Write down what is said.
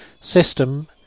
system